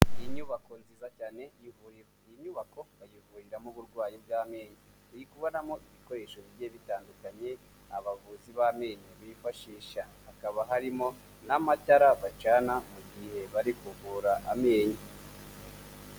Inyubako nziza cyane y'ivuriro. Iyi nyubako bayivuriramo uburwayi bw'amenyo. Turi kubonamo ibikoresho bigiye bitandukanye abavuzi b'amenyo bifashisha, hakaba harimo n'amatara bacana mu gihe bari kuvura amenyo.